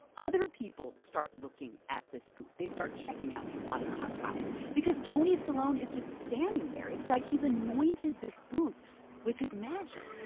other people start looking at this booth. they start checking out these avocado guys because tony stallone is just standing there. it's like he's anointed this booth with his magic